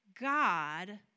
God